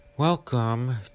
Welcome